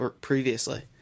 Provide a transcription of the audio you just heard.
previously